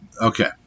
Okay